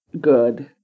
good